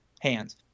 hands